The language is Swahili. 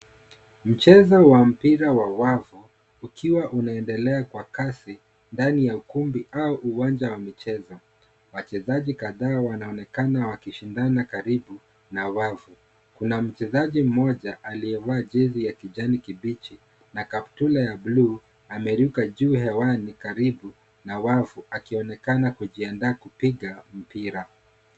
Mchezo wa mpira wa wavu ukiwa unaendelea kwa kasi ndani ya ukumbi au uwanja wa michezo. Wachezaji kadhaa waonekana wakishindana karibu na wavu. Kuna mchezaji mmoja aliyevaa jezi ya kijani kibichi na kaptula ya bluu ameruka juu hewani karibu na wavu akionekana kujiandaa kupiga mpira.